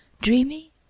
dreamy